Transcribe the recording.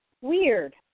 Weird